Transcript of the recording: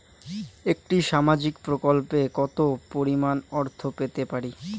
একটি সামাজিক প্রকল্পে কতো পরিমাণ অর্থ পেতে পারি?